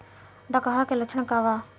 डकहा के लक्षण का वा?